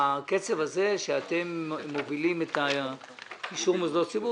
והקצב הזה שאתם מובילים את אישור מוסדות הציבור